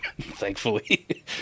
thankfully